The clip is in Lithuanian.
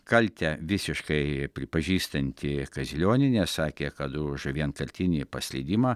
kaltę visiškai pripažįstanti kazilionienė sakė kad už vienkartinį paslydimą